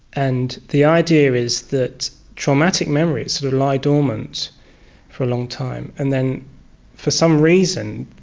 and the idea is that traumatic memories lie dormant for a long time and then for some reason,